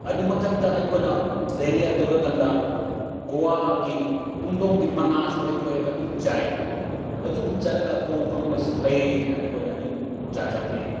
ꯑꯗꯨ ꯃꯊꯛꯇ ꯑꯩꯈꯣꯏꯅ ꯗꯥꯏꯔꯤꯌꯥ ꯇꯧꯔ ꯀꯥꯟꯗ ꯒꯣꯑꯥꯒꯤ ꯄꯨꯡꯗꯣꯟꯒꯤ ꯃꯅꯥꯁꯨ ꯑꯩꯈꯣꯏ ꯑꯗꯨꯝ ꯆꯥꯏ ꯑꯗꯨꯝ ꯆꯥꯔꯒ ꯈꯣꯡ ꯍꯥꯝꯕꯁꯤ ꯐꯩ ꯍꯥꯏꯅ ꯑꯩꯈꯣꯏꯅ ꯑꯗꯨꯝ ꯆꯥꯖꯕꯅꯦ